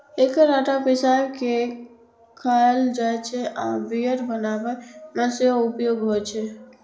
एकर आटा पिसाय के खायल जाइ छै आ बियर बनाबै मे सेहो उपयोग होइ छै